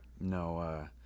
no